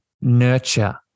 nurture